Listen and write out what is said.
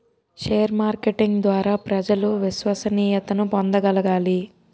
share marketing ద్వారా ప్రజలు విశ్వసనీయతను పొందగలగాలి